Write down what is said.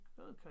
okay